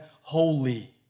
holy